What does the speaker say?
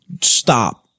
stop